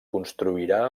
construirà